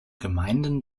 gemeinden